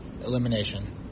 elimination